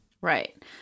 Right